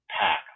pack